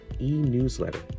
e-newsletter